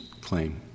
claim